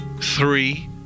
three